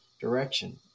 direction